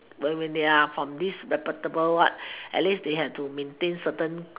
when when they are from this reputable what at least they had to maintain certain